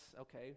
okay